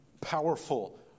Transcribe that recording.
powerful